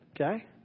Okay